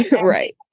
right